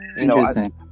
interesting